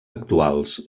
actuals